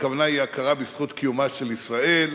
הכוונה היא הכרה בזכות קיומה של ישראל,